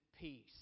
peace